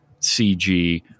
CG